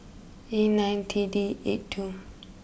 E nine T D eight two